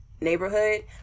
neighborhood